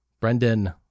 brendan